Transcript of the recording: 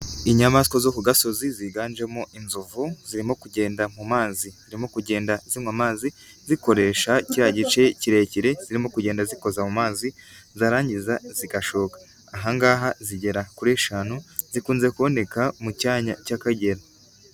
Inyamaswa zo ku gasozi ziganjemo inzovu, zirimo kugenda mu mazi zirimo kugenda zinywa amazi, zikoresha cya gice kirekire zirimo kugenda zikoza mu mazi zarangiza zigashoka, ahangaha zigera kuri eshanu zikunze kuboneka mu cyanya cy'Akagera.